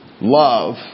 love